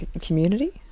community